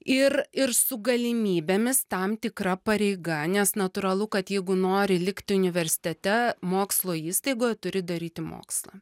ir ir su galimybėmis tam tikra pareiga nes natūralu kad jeigu nori likti universitete mokslo įstaigoj turi daryti mokslą